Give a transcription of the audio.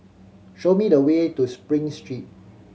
show me the way to Spring Street